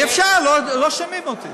אי-אפשר, לא שומעים אותי.